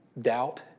doubt